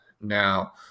now